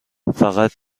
فقط